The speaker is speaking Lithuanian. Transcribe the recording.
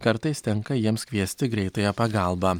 kartais tenka jiems kviesti greitąją pagalbą